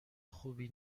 خوبی